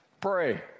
Pray